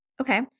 Okay